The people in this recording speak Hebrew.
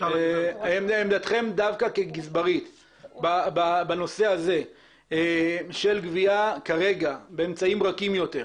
עמדתכם דווקא כגזברית בנושא הזה של גבייה כרגע באמצעים רכים יותר,